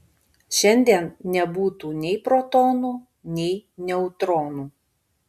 šiandien nebūtų nei protonų nei neutronų